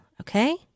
Okay